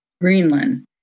Greenland